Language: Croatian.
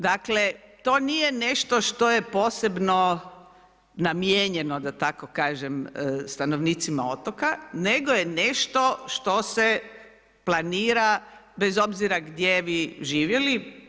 Dakle, to nije nešto što je posebno namijenjeno, da tako kažem, stanovnicima otoka, nego je nešto što se planira, bez obzira gdje vi živjeli.